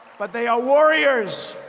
but they are warriors.